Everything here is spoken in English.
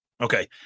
Okay